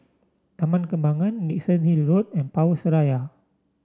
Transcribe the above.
Taman Kembangan Dickenson Hill Road and Power Seraya